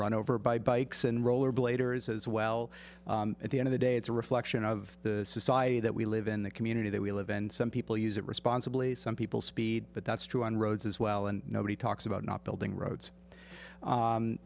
run over by bikes and rollerbladers as well at the end of the day it's a reflection of the society that we live in the community that we live and some people use it responsibly some people speed but that's true on roads as well and nobody talks about not building roads